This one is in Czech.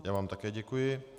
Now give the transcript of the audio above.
Já vám také děkuji.